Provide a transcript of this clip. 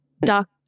Doc